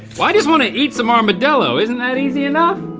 well i just wanna eat some armadillo. isn't that easy enough?